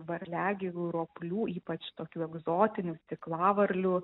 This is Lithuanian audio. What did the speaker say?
varliagyvių roplių ypač tokių egzotinių tiklavarlių